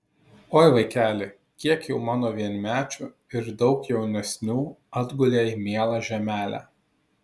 oi vaikeli kiek jau mano vienmečių ir daug jaunesnių atgulė į mielą žemelę